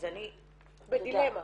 אני בדילמה.